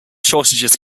shortages